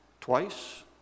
twice